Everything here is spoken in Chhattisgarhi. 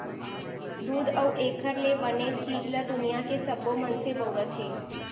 दूद अउ एकर ले बने चीज ल दुनियां के सबो मनसे बउरत हें